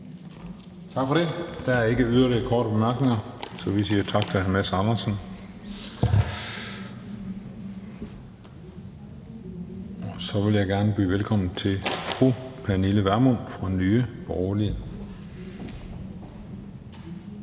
Tak for det. Der er ikke yderligere korte bemærkninger, så vi siger tak til hr. Mads Andersen. Og så vil jeg gerne byde velkommen til fru Pernille Vermund fra Nye Borgerlige.